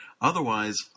Otherwise